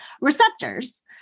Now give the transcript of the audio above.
receptors